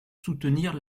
soutenir